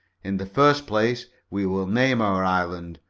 in the first place we will name our island.